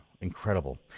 Incredible